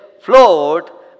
float